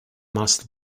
must